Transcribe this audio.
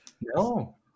no